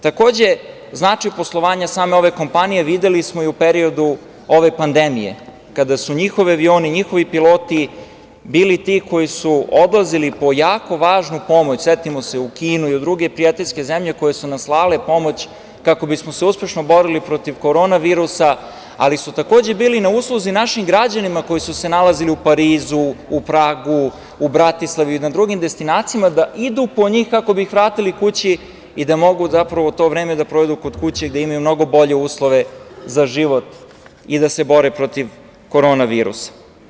Takođe, značaj poslovanja same ove kompanije videli smo i u periodu ove pandemije, kada su njihovi avioni, njihovi piloti bili ti koji su odlazili po jako važnu pomoć, setimo se, u Kinu i u druge prijateljske zemlje koje su nam slale pomoć kako bismo se uspešno borili protiv korona virusa, ali su takođe bili i na usluzi našim građanima koji su se nalazili u Parizu, Pragu, Bratislavi i na drugim destinacijama da idu po njih kako bi ih vratili kući i da mogu to vreme da provedu kod kuće, gde imaju mnogo bolje uslove za život i da se bore protiv korona virusa.